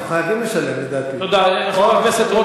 עכשיו הוא ייתן להם את הכסף,